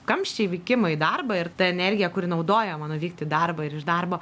kamščiai vykimo į darbą ir ta energija kuri naudojama nuvykti į darbą ir iš darbo